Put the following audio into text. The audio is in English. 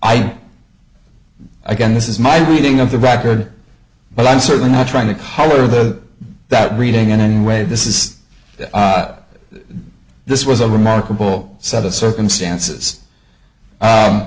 i again this is my reading of the record but i'm certainly not trying to holler that that reading and way this is that this was a remarkable set of circumstances